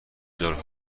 جارو